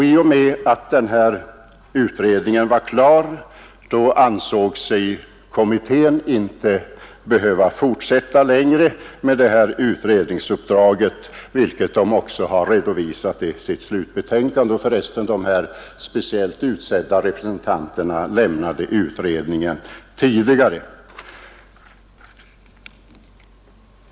I och med att den här överenskommelsen var klar ansåg sig kommittén inte behöva fortsätta längre med utredningsuppdraget, vilket man också har redovisat i sitt slutbetänkande. De speciellt utsedda representanterna lämnade för övrigt utredningen tidigare.